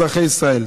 אזרחי ישראל,